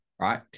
right